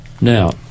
Now